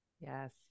Yes